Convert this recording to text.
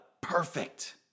perfect